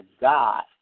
God